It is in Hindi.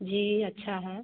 जी अच्छा है